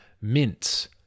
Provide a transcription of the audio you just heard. mince